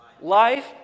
life